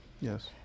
Yes